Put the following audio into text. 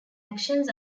actions